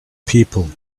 people